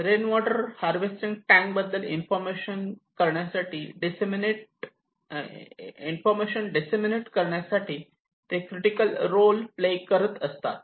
rain water harvesting tank बद्दल information करण्यासाठी disseminate ते क्रिटिकल रोल प्ले करतात